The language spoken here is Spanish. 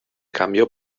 cambió